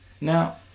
Now